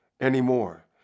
anymore